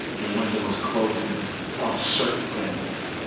the window is closing on certain things.